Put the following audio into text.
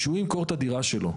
כשהוא ימכור את הדירה שלו,